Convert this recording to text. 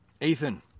Ethan